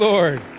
Lord